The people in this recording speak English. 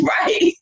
Right